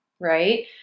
right